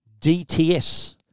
DTS